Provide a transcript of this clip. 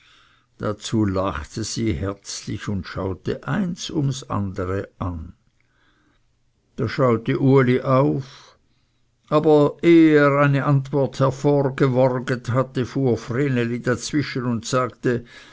dazu lachte sie recht herzlich und schaute eins ums andere an da schaute uli auf aber ehe er eine antwort hervorgeworget hatte fuhr vreneli dazwischen und sagte